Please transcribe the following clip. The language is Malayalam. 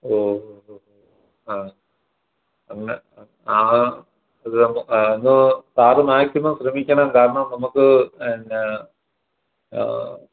ഓ ഹോ ആ അങ്ങനെ ആ അതുകാരണം ആ ഒന്ന് സാർ മാക്സിമം ശ്രമിക്കണം കാരണം നമുക്ക് എന്നാ